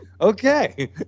okay